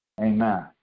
Amen